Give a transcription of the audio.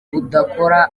budakora